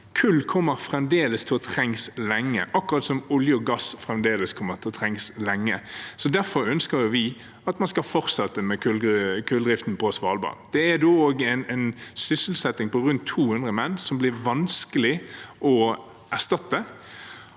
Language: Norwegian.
Kull kommer fremdeles til å trenges lenge, akkurat som olje og gass fremdeles kommer til å trenges lenge. Derfor ønsker vi at man skal fortsette med kulldriften på Svalbard. Det er også en sysselsetting på rundt 200 menn der som det blir vanskelig å erstatte.